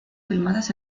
filmadas